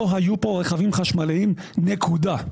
לא היו פה רכבים חשמליים נקודה.